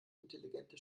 intelligente